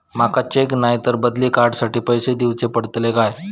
माका चेक नाय तर बदली कार्ड साठी पैसे दीवचे पडतले काय?